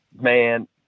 man